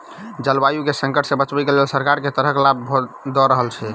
जलवायु केँ संकट सऽ बचाबै केँ लेल सरकार केँ तरहक लाभ दऽ रहल छै?